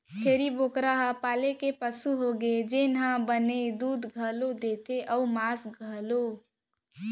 छेरी बोकरा ह पाले के पसु होगे जेन ह बने दूद घलौ देथे अउ मांस घलौक